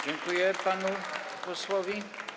Dziękuję panu posłowi.